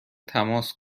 تماس